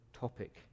topic